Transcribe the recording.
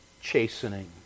chastening